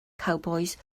cowbois